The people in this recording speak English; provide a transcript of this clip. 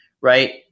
right